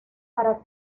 para